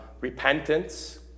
repentance